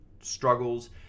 struggles